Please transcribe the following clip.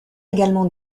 également